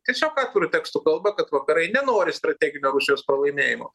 tiesiog atviru tekstu kalba kad vakarai nenori strateginio rusijos pralaimėjimo